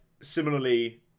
similarly